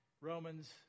Romans